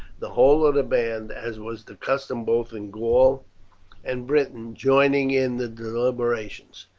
the whole of the band, as was the custom both in gaul and britain, joining in the deliberations.